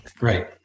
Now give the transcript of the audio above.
Right